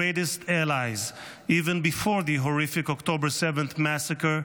allies even before horrific October 7th massacre.